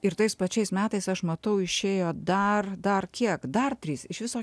ir tais pačiais metais aš matau išėjo dar dar kiek dar trys iš viso